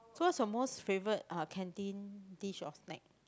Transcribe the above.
so what's your most favorite uh canteen dish or snack